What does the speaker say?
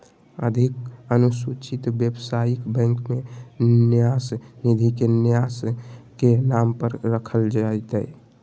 अधिक अनुसूचित व्यवसायिक बैंक में न्यास निधि के न्यास के नाम पर रखल जयतय